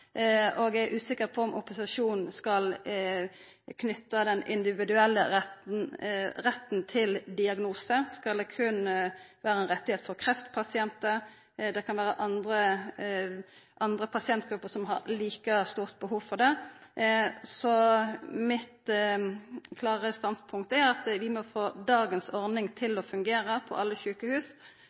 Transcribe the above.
og er usikker på om opposisjonen skal knyta den individuelle retten til diagnose. Skal det berre vera ein rett for kreftpasientar? Det kan vera andre pasientgrupper som har eit like stort behov for det. Mitt klare standpunkt er at vi må få dagens ordning til å fungera i alle sjukehus